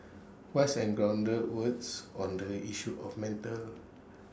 wise and grounded words on the issue of mental